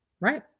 Right